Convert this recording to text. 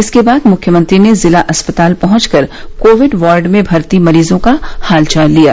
इसके बाद मुख्यमंत्री ने जिला अस्पताल पहुंच कर कोविड वार्ड में भर्ती मरीजों का हालचाल लिया